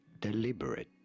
deliberate